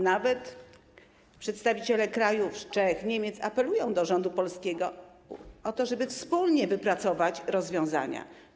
Nawet przedstawiciele krajów, Czech, Niemiec, apelują do polskiego rządu o to, żeby wspólnie wypracować rozwiązania.